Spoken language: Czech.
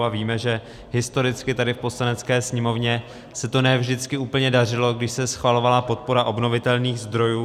A víme, že historicky tady v Poslanecké sněmovně se to ne vždycky úplně dařilo, když se schvalovala podpora obnovitelných zdrojů.